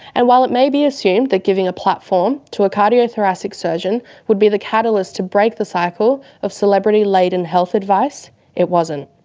and while it may be assumed that giving a platform to a cardiothoracic surgeon would be the catalyst to break the cycle of celebrity laden health advice it wasn't.